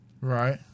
Right